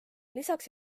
lisaks